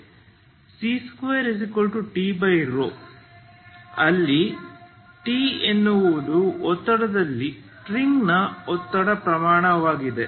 c2T ಅಲ್ಲಿ T ಎನ್ನುವುದು ಒತ್ತಡದಲ್ಲಿ ಸ್ಟ್ರಿಂಗ್ನ ಒತ್ತಡದ ಪ್ರಮಾಣವಾಗಿದೆ